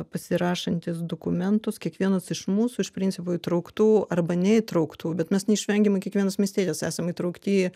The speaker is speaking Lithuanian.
pasirašantis dokumentus kiekvienas iš mūsų iš principo įtrauktų arba neįtrauktų bet mes neišvengiamai kiekvienas miestietis esam įtraukti